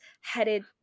headed